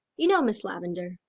you know, miss lavendar.